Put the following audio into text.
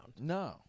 No